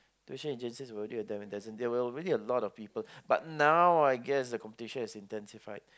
tuition agencies were already a dime a dozen there were already a lot of people but now I guess the competition is intensified